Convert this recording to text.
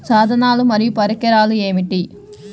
సాధనాలు మరియు పరికరాలు ఏమిటీ?